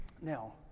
Now